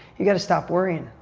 you've got to stop worrying.